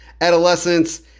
Adolescence